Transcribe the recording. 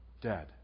dead